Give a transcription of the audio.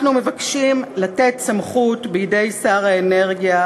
אנחנו מבקשים לתת סמכות בידי שר האנרגיה